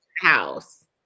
house